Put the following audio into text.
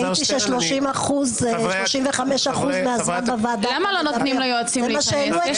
ראיתי ש-35% מהזמן בוועדה --- זה מה שהראו בטלוויזיה.